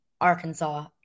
Arkansas